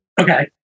Okay